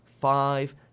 five